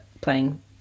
playing